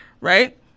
right